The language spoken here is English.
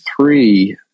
three